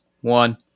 one